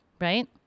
Right